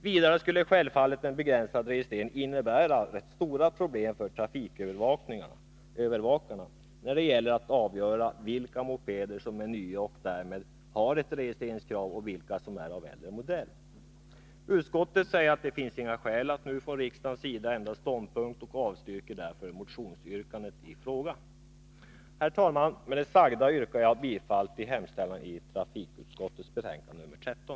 Vidare skulle självfallet en begränsad registrering innebära problem för trafikövervakarna, när det gäller att avgöra vilka mopeder som är nya och därmed ha ett registreringskrav och vilka som är av äldre modell. Utskottet säger att det finns inga skäl att nu från riksdagens sida ändra ståndpunkt och avstyrker därför motionsyrkandet i frågan. Herr talman! Med det sagda yrkar jag bifall till hemställan i trafikutskottets betänkande nr 13.